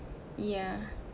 ya